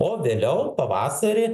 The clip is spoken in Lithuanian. o vėliau pavasarį